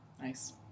Nice